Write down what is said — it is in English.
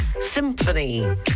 Symphony